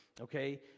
okay